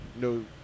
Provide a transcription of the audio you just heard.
no